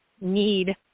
need